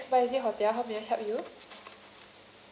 hi this is hotel how may I help you